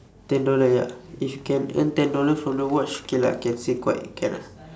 ten dollar ya if can earn ten dollar from the watch okay lah can say quite can lah